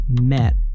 met